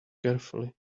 carefully